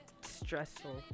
stressful